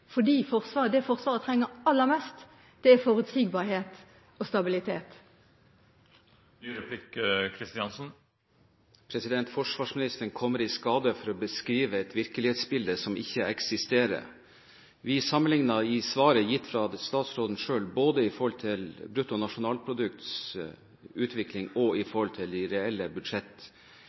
det Forsvaret trenger aller mest, er forutsigbarhet og stabilitet. Forsvarsministeren kom i skade for å beskrive et virkelighetsbilde som ikke eksisterer. Vi sammenlignet i svaret gitt av statsråden både brutto nasjonalprodukts utvikling og den reelle budsjettutviklingen. Derfor er det et fullstendig galt svar som presenteres for Stortinget i